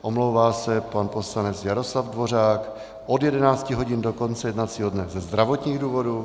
Omlouvá se pan poslanec Jaroslav Dvořák od 11 hodin do konce jednacího dne ze zdravotních důvodů.